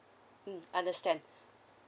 mm understand